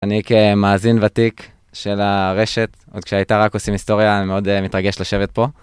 אני כמאזין ותיק של הרשת, עוד כשהייתה רק עושים היסטוריה, אני מאוד מתרגש לשבת פה.